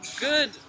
good